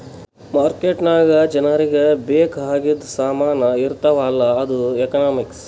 market ನಾಗ್ ಜನರಿಗ ಬೇಕ್ ಆಗಿದು ಸಾಮಾನ್ ಇರ್ತಾವ ಅಲ್ಲ ಅದು ಎಕನಾಮಿಕ್ಸ್